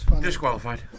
Disqualified